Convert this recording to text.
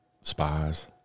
spies